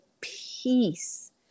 peace